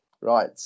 Right